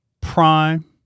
Prime